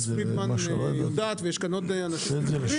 חברת הכנסת פרידמן יודעת ויש כאן עוד אנשים שיודעים,